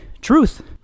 truth